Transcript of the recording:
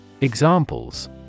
EXAMPLES